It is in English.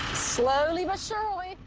slowly but surely.